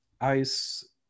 ice